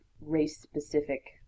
race-specific